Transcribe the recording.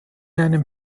einem